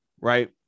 Right